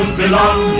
belong